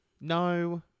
No